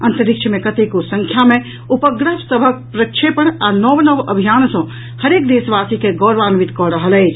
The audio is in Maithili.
अंतरिक्ष मे कतेको संख्या मे उपग्रह सभक प्रक्षेपण आ नव नव अभियान सॅ प्रत्येक देशवासी के गौरवान्वित कऽ रहल अछि